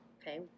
Okay